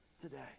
today